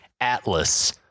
Atlas